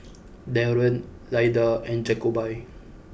Daron Lyda and Jacoby